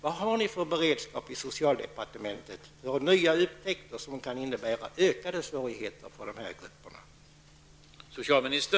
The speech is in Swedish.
Vad finns det för beredskap i socialdepartementet för nya upptäckter, som kan innebära ökade svårigheter för dessa grupper?